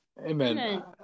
Amen